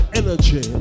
energy